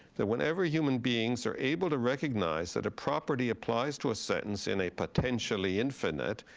that whenever human beings are able to recognize that a property applies to a sentence in a potentially infinite,